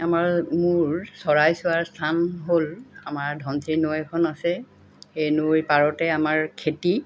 আমাৰ মোৰ চৰাই চোৱাৰ স্থান হ'ল আমাৰ ধনশিৰি নৈ এখন আছে সেই নৈৰ পাৰতে আমাৰ খেতি